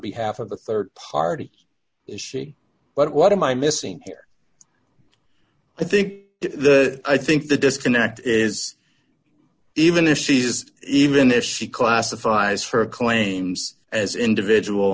behalf of the rd party is she but what am i missing here i think the i think the disconnect is even if she is even if she classifies for claims as individual